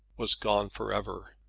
was gone for ever.